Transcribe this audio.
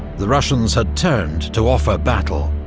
the russians had turned to offer battle.